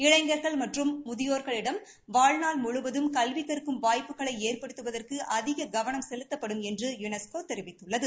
இளைஞர்கள் மற்றும் முதியோர்களிடம் வாழ்நாள் முழுவதும் கல்வி கற்கும் வாய்ப்புகளை ஏற்படுத்துவதற்கு அதிக கவனம் செலுத்தப்படும் என்று யுனஸ்கோ தெரிவித்துள்ளது